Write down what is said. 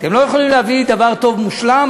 אתם לא יכולים להביא דבר טוב מושלם?